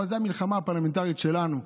אבל זו המלחמה הפרלמנטרית שלנו.